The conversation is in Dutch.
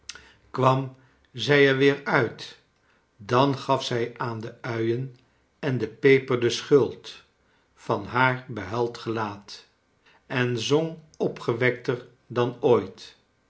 kwam zij er weer uit dan gaf zij aan de uien en de peper de schuld van haar beliuild gelaat en zong opgewekter dan ooit